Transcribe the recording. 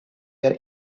your